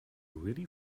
really